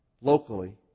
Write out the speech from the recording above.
locally